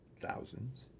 Thousands